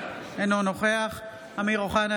אינו נוכח אמיר אוחנה,